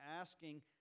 asking